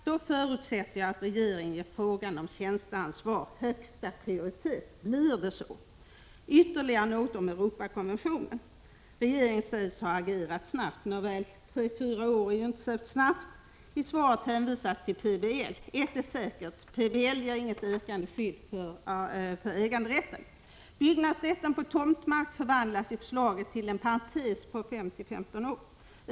Då förutsätter jag att regeringen ger frågan om tjänsteansvar högsta prioritet. Blir det så? Jag vill ytterligare något kommentera Europakonventionen. Regeringen sägs ha agerat snabbt. Nåväl, tre fyra år är inte en särskilt kort tid. I svaret hänvisas till PBL. Ett är säkert: PBL ger inget ökat skydd för äganderätten. Byggnadsrätten på tomtmark förvandlas i förslaget till en parentes på 5—15 år.